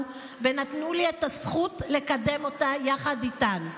ונתנו לי את הזכות לקדם אותה יחד איתם.